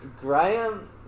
Graham